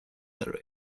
her